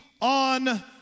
on